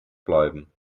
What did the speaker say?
bleiben